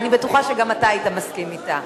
אני בטוחה שגם אתה היית מסכים אתה.